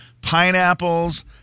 Pineapples